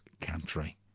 country